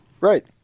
Right